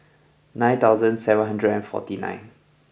nine thousand seven hundred and forty nine